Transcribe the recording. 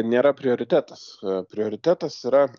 nėra prioritetas prioritetas yra